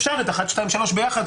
אפשר את 1, 2, 3 ביחד.